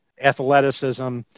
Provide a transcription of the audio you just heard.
athleticism